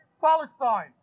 Palestine